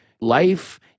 life